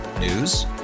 News